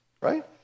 right